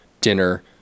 dinner